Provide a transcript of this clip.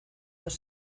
dos